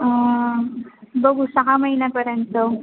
बघू सहा महिन्यापर्यंत